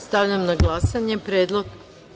Stavljam na glasanje ovaj predlog.